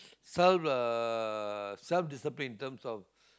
self uh self discipline in terms of